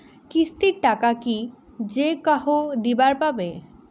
কিস্তির টাকা কি যেকাহো দিবার পাবে?